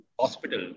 hospital